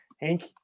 Hank